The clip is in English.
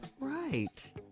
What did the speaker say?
Right